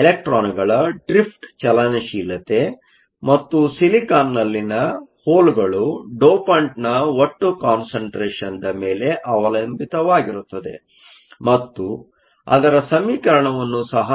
ಎಲೆಕ್ಟ್ರಾನ್ಗಳ ಡ್ರಿಫ್ಟ್ ಚಲನಶೀಲತೆ ಮತ್ತು ಸಿಲಿಕಾನ್ನಲ್ಲಿನ ಹೋಲ್ಗಳು ಡೋಪಂಟ್ನ ಒಟ್ಟು ಕಾನ್ಸಂಟ್ರೇಷನ್ದ ಮೇಲೆ ಅವಲಂಬಿತವಾಗಿರುತ್ತದೆ ಮತ್ತು ಅದರ ಸಮೀಕರಣವನ್ನು ಸಹ ನೀಡಲಾಗಿದೆ